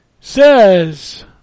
Says